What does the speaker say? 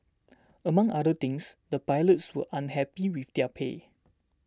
among other things the pilots were unhappy with their pay